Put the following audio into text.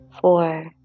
four